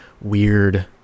weird